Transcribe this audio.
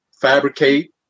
fabricate